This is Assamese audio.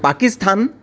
পাকিস্তান